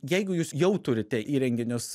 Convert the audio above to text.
jeigu jūs jau turite įrenginius